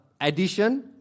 addition